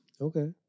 Okay